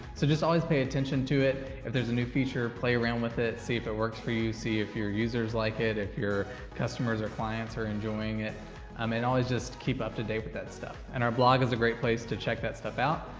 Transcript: so just always pay attention to it, if there's a new feature, play around with it, see if it works for you, see if your users like it, if your customers, clients are enjoying it. um and always just keep up to date with that stuff. and our blog is a great place to check that stuff out,